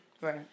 right